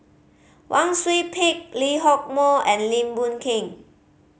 Wang Sui Pick Lee Hock Moh and Lim Boon Keng